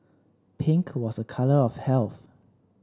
pink was a colour of health